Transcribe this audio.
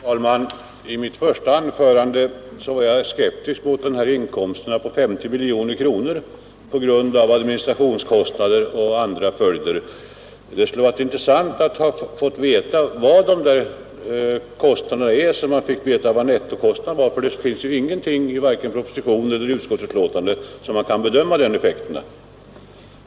Herr talman! I mitt första anförande var jag skeptisk mot dessa inkomster på 50 miljoner kronor. Det går ju bort en del i administrationskostnader och minskade skatteintäkter. Det skulle vara intressant att få veta vad dessa kostnader är, så att man fick veta vad nettoinkomsten är. Men det sägs ingenting i vare sig propositionen eller utskottsbetänkandet som kan ligga till grund för en bedömning av de effekterna.